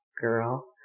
Girl